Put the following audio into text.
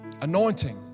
Anointing